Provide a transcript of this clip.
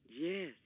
Yes